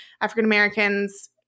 African-Americans